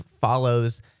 follows